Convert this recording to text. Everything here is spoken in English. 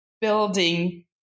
building